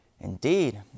Indeed